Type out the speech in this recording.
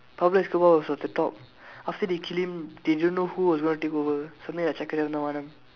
Pablo Escobar was at the top after they kill him they don't know who was going to take over something like Chekka Chivantha Vaanam